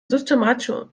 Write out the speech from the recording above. systematisch